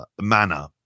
manner